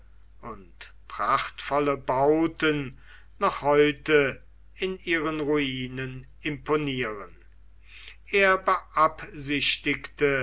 und prachtvolle bauten noch heute in ihren ruinen imponieren er